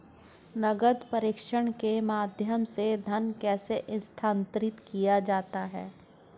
नकद प्रेषण के माध्यम से धन कैसे स्थानांतरित किया जाता है?